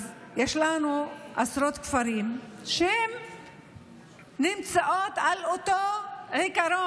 אז יש לנו עשרות כפרים שנמצאים על אותו עיקרון,